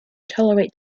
tolerates